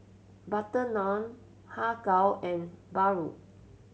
butter naan Har Kow and paru